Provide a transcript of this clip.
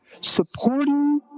supporting